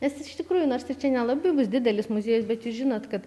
nes iš tikrųjų nors ir nelabai bus didelis muziejus bet jūs žinot kad